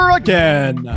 again